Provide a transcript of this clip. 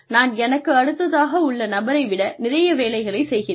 நான் எனக்கு அடுத்ததாக உள்ள நபரை விட நிறைய வேலைகளைச் செய்கிறேன்